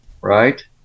right